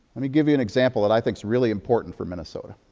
let me give you an example that i thinkis really important for minnesota.